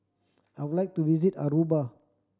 I would like to visit Aruba